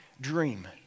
dream